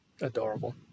adorable